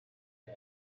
ago